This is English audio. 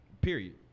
Period